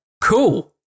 Cool